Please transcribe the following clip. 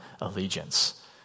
allegiance